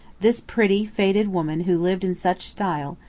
this pretty, faded woman who lived in such style,